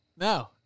No